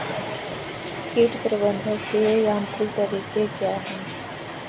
कीट प्रबंधक के यांत्रिक तरीके क्या हैं?